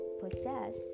possess